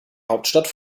hauptstadt